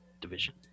division